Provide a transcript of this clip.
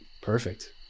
Perfect